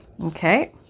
Okay